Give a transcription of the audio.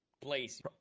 Place